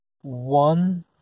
one